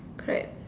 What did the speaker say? correct